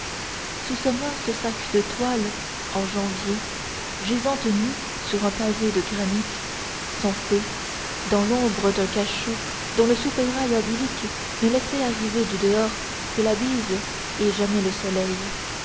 sous ce mince sac de toile en janvier gisante à nu sur un pavé de granit sans feu dans l'ombre d'un cachot dont le soupirail oblique ne laissait arriver du dehors que la bise et jamais le soleil